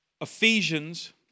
Ephesians